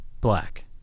black